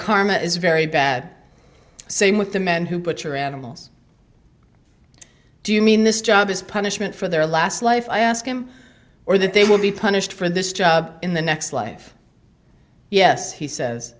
karma is very bad same with the men who butcher animals do you mean this job is punishment for their last life i ask him or that they will be punished for this job in the next life yes he says